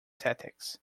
tactics